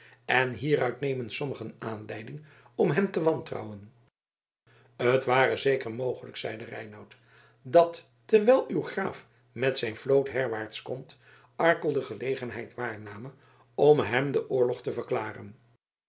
en hieruit nemen sommigen aanleiding om hem te wantrouwen t ware zeker mogelijk zeide reinout dat terwijl uw graaf met zijn vloot herwaarts komt arkel de gelegenheid waarname om hem den oorlog te verklaren